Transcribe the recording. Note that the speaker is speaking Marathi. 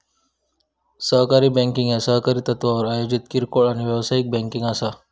सहकारी बँकिंग ह्या सहकारी तत्त्वावर आयोजित किरकोळ आणि व्यावसायिक बँकिंग असा